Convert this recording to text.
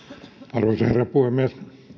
arvoisa herra puhemies